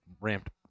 ramped